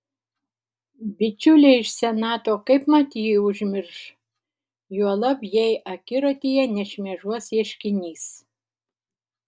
bičiuliai iš senato kaipmat jį užmirš juolab jei akiratyje nešmėžuos ieškinys